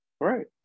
Right